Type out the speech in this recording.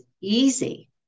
easy